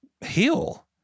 heal